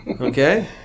okay